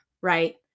right